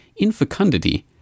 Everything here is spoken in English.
infecundity